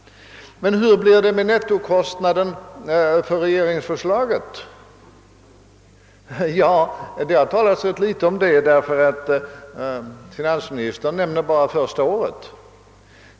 Men hur blir det med nettokostnaden vid genomförande av regeringsförslaget? Det har talats ganska litet om det, därför att finansministern bara nämner utfallet under första året.